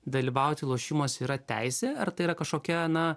dalyvauti lošimuose yra teisė ar tai yra kažkokia na